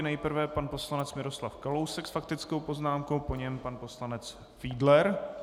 Nejprve pan poslanec Miroslav Kalousek s faktickou poznámkou, po něm pan poslanec Fiedler.